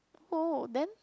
oh then